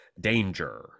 danger